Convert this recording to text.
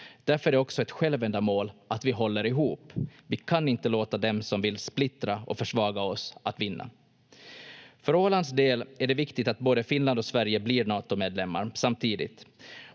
Därför är det också ett självändamål att vi håller ihop. Vi kan inte låta dem som vill splittra och försvaga oss vinna. För Ålands del är det viktigt att både Finland och Sverige blir Natomedlemmar samtidigt.